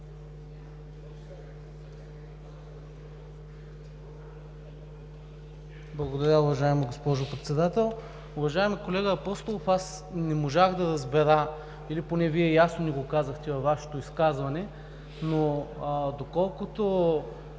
Благодаря, уважаема госпожо Председател. Уважаеми колега Апостолов, аз не можах да разбера или поне Вие ясно ли го казахте във Вашето изказване, но доколкото